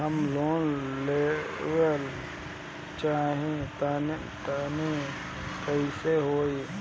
हम लोन लेवल चाह तानि कइसे होई?